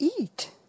Eat